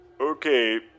Okay